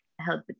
help